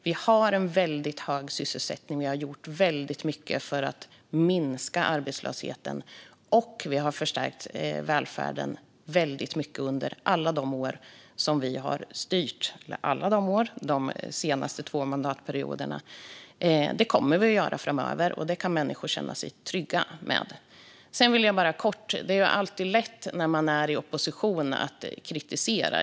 Vi har en väldigt hög sysselsättning, och vi har gjort väldigt mycket för att minska arbetslösheten. Vi har även förstärkt välfärden väldigt mycket under de senaste två mandatperioderna som vi har styrt. Det kommer vi att göra framöver, och det kan människor känna sig trygga med. Sedan vill jag bara kort säga att det alltid är lätt att kritisera när man är i opposition.